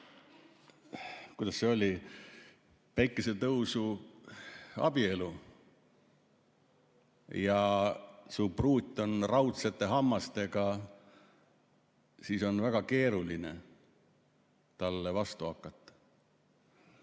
kuidas see oli, päikesetõusu abielu ja su pruut on raudsete hammastega, siis on väga keeruline talle vastu hakata.